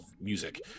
music